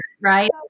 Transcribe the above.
right